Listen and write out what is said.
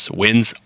wins